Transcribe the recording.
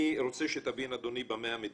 אני רוצה שתבין, אדוני, במה המדובר.